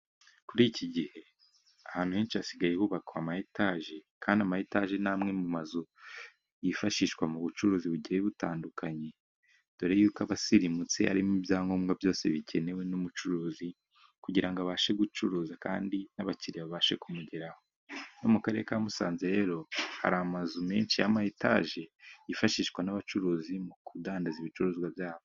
Kuri iki gihe ahantu henshi, hasigaye hubakwa ama etage, kandi ama etage ni amwe mu mazu, yifashishwa mu bucuruzi bugiye butandukanye, dore y'uko aba asirimutse arimo ibyangombwa byose bikenewe n'umucuruzi, kugira abashe gucuruza kandi n'abakiriya babashe kumugeraho, no mu Karere ka Musanze rero hari amazu menshi y'ama etage yifashishwa n'abacuruzi, mu kudandaza ibicuruzwa byabo.